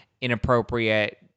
inappropriate